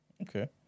Okay